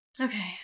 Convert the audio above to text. okay